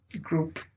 group